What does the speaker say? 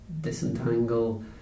disentangle